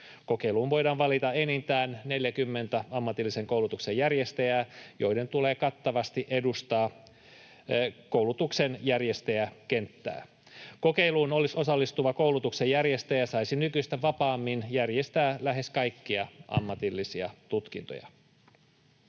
Kokeiluun voidaan valita enintään 40 ammatillisen koulutuksen järjestäjää, joiden tulee kattavasti edustaa koulutuksen järjestäjäkenttää. Kokeiluun osallistuva koulutuksen järjestäjä saisi nykyistä vapaammin järjestää lähes kaikkia ammatillisia tutkintoja.